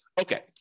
Okay